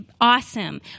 awesome